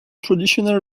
traditional